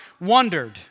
wondered